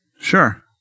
Sure